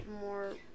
more